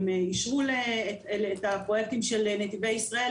אם אישרו את הפרויקטים של נתיבי ישראל,